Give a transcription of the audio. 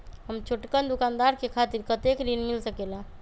हम छोटकन दुकानदार के खातीर कतेक ऋण मिल सकेला?